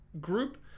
group